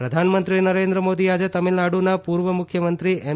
રામચંદ્રન પ્રધાનમંત્રી નરેન્દ્ર મોદીએ આજે તમિલનાડુના પૂર્વ મુખ્યમંત્રી એમ